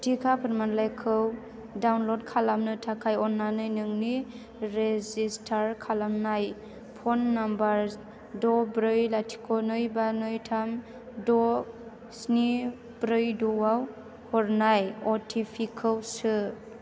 टिका फोरमानलाइखौ डाउनल'ड खालामनो थाखाय अननानै नोंनि रेजिस्टार खालामनाय फन नाम्बार द' ब्रै लाथिख' नै बा नै थाम द' स्नि ब्रै द'आव हरनाय अटिपिखौ सो